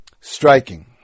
striking